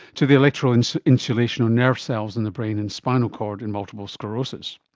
to the electro-insulation on nerve cells in the brain and spinal cord in multiple sclerosis.